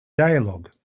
dialog